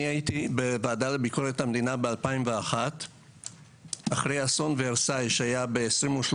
אני הייתי בוועדה לביקורת המדינה ב-2001 אחרי אסון ורסאי שהיה ב-23